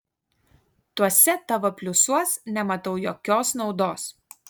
tuose tavo pliusuos nematau jokios naudos